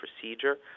procedure